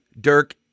Dirk